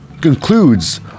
concludes